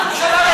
ראש ממשלה,